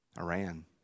Iran